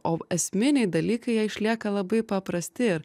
o esminiai dalykai jie išlieka labai paprasti ir